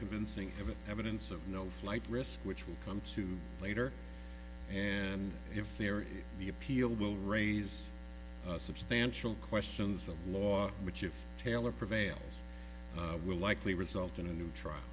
convincing of evidence of no flight risk which will come to later and if there is the appeal will raise substantial questions of law which if taylor prevails will likely result in a new trial